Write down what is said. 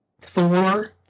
Thor